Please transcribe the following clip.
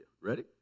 Ready